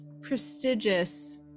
prestigious